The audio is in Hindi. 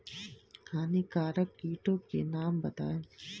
हानिकारक कीटों के नाम बताएँ?